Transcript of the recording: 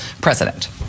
president